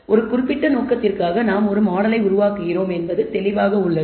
ஒரு குறிப்பிட்ட நோக்கத்திற்காக நாம் மாடலை உருவாக்குகிறோம் என்பது தெளிவாக உள்ளது